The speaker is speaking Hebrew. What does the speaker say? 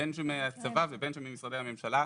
בין מהצבא ובין ממשרדי הממשלה,